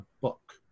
book